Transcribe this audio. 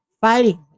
fighting